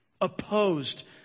opposed